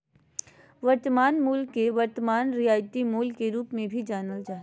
वर्तमान मूल्य के वर्तमान रियायती मूल्य के रूप मे भी जानल जा हय